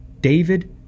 David